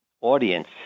audience